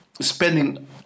spending